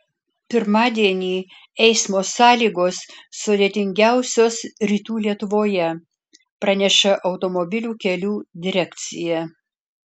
pirmadienį eismo sąlygos sudėtingiausios rytų lietuvoje praneša automobilių kelių direkcija